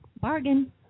Bargain